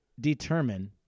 determine